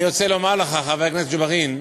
אני רוצה לומר לך, חבר הכנסת ג'בארין,